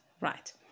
Right